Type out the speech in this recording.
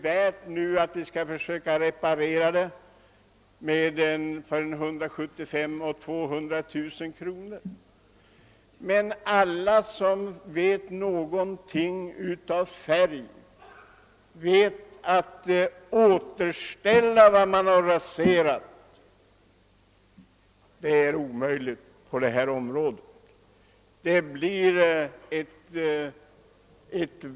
Visserligen skall man nu försöka genomföra reparationer för 175 000 200 000 kronor, men alla som vet något om färg inser att det är omöjligt att återställa det som har förstörts.